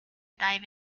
dive